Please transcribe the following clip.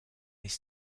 his